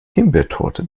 himbeertorte